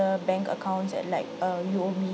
bank accounts at like uh U_O_B